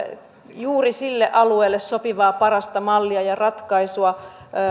juuri sille alueelle sopivaa parasta mallia ja ratkaisua